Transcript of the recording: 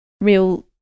real